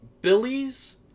Billy's